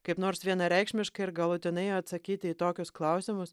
kaip nors vienareikšmiškai ir galutinai atsakyti į tokius klausimus